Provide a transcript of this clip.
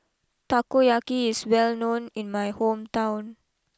Takoyaki is well known in my hometown